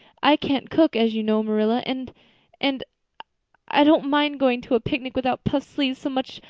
i can't cook, as you know, marilla, and and i don't mind going to a picnic without puffed sleeves so much,